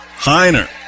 Heiner